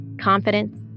confidence